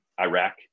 Iraq